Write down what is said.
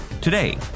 Today